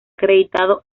acreditado